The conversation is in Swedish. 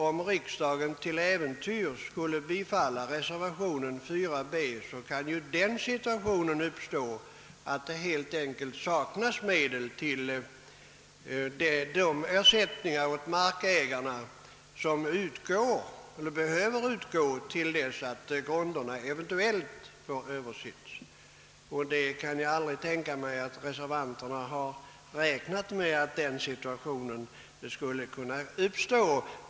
Om riksdagen till äventyrs skulle bifalla reservation 4b, kan den situationen uppstå att det helt enkelt saknas medel till de ersättningar åt markägar na, som behöver utgå till dess att grunderna eventuellt har översetts. Jag kan aldrig tänka mig att reservanterna har räknat med att en sådan situation skulle kunna uppstå.